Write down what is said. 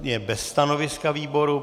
Je bez stanoviska výboru.